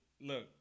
look